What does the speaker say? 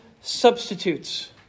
substitutes